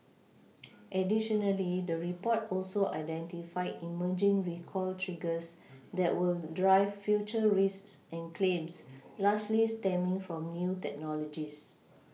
additionally the report also identified emerging recall triggers that will drive future risks and claims largely stemming from new technologies